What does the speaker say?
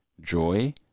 joy